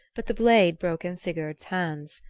but the blade broke in sigurd's hands.